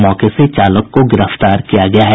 मौके से चालक को गिरफ्तार किया गया है